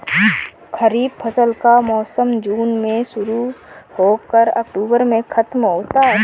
खरीफ फसल का मौसम जून में शुरू हो कर अक्टूबर में ख़त्म होता है